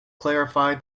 clarify